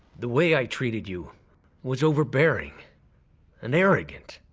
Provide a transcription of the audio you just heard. the way i treated you was overbearing and arrogant.